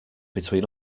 between